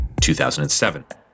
2007